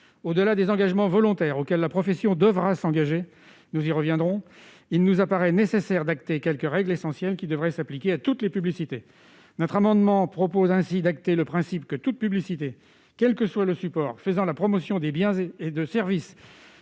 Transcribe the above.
Au-delà des engagements volontaires auxquels la profession devra s'engager- nous y reviendrons -, il nous paraît nécessaire de fixer quelques règles essentielles qui devraient s'appliquer à toutes les publicités. Cet amendement vise ainsi à acter un principe : toute publicité, quel qu'en soit le support, faisant la promotion de biens ou de services